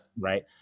right